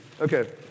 Okay